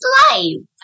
life